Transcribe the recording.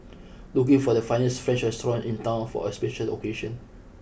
looking for the finest French restaurants in town for a special occasion